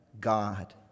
God